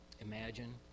imagine